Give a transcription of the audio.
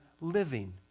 living